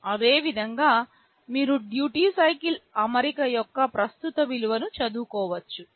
అదేవిధంగా మీరు duty cycle అమరిక యొక్క ప్రస్తుత విలువను చదువుకోవచ్చు